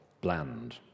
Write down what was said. bland